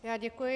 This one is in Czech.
Já děkuji.